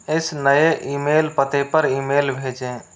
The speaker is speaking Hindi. इस नए ईमेल पते पर ईमेल भेजें